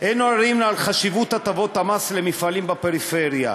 אין עוררין על חשיבות הטבות המס למפעלים בפריפריה,